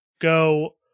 go